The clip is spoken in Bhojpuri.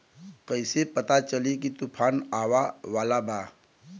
कइसे पता चली की तूफान आवा वाला बा?